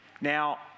Now